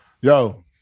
Yo